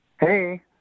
Hey